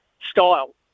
style